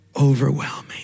overwhelming